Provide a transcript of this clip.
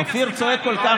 אופיר צועק כל כך.